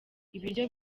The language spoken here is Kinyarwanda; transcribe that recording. ibiryo